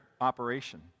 operation